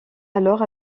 alors